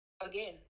again